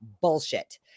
bullshit